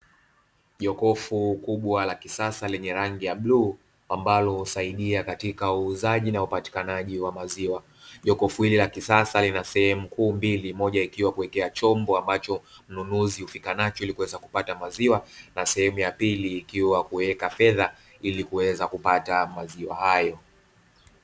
Jokofu kubwa la kisasa lenye rangi ya bluu, ambalo husaidia katika uuzaji na upatikanaji wa maziwa. Jokofu hili la kisasa lina sehemu kuu mbili, moja ikiwa kuwekea chombo ambacho mnunuzi hufika nacho ili kuweza kupata maziwa, na sehemu ya pili ikiwa kuweka fedha, ili kuweza kupata maziwa hayo.